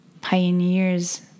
pioneers